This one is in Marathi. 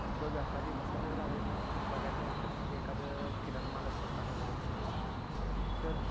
दुसरं व्यापारींचं जर झालं बघायच झालं तर मग एखादं किराणा मालाचं दुकान वगैरे म्हणा तर